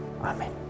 Amen